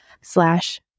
slash